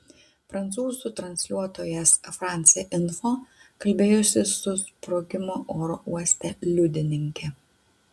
prancūzų transliuotojas france info kalbėjosi su sprogimo oro uoste liudininke